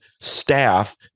staff